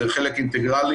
זה חלק אינטגרלי.